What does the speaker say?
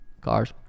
cars